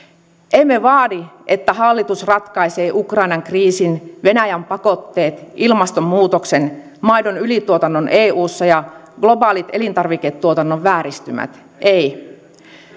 emme vaadi että hallitus ratkaisee ukrainan kriisin venäjän pakotteet ilmastonmuutoksen maidon ylituotannon eussa ja globaalit elintarviketuotannon vääristymät ei